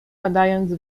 badając